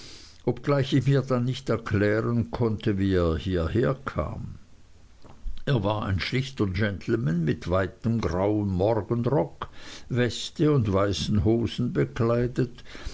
obgleich ich mir dann nicht erklären konnte wie er hierher kam er war wie ein schlichter gentleman mit weitem grauen morgenrock weste und weißen hosen bekleidet